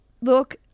look